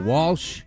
Walsh